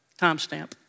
Timestamp